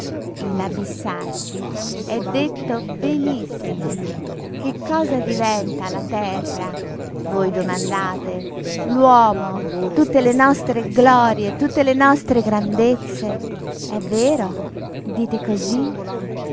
lezione inabissarsi è detto benissimo che cosa diventa la terra voi domandate l'uomo tutte le nostre glorie tutte le nostre grandezze è vero dite cosí